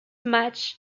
match